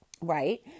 Right